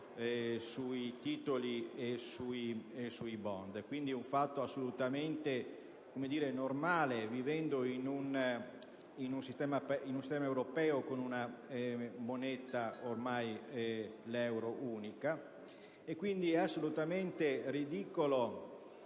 sui titoli e sui *bond*. Si tratta di un fatto assolutamente normale, vivendo in un sistema europeo con una moneta ormai unica. È quindi assolutamente ridicolo